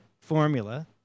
formula